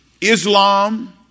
Islam